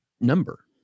number